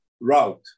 route